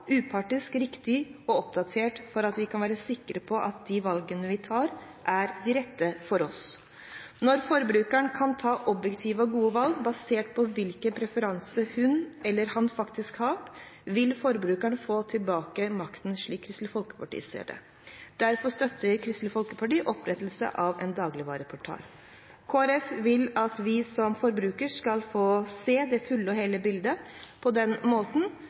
upartisk, riktig og oppdatert, slik at vi kan være sikre på at de valgene vi tar, er de rette for oss. Når forbrukeren kan ta objektive og gode valg, basert på hvilke preferanser hun eller han faktisk har, vil forbrukeren få tilbake makten, slik Kristelig Folkeparti ser det. Derfor støtter Kristelig Folkeparti opprettelse av en dagligvareportal. Kristelig Folkeparti vil at vi som forbrukere skal få se det fulle og hele bildet og på den måten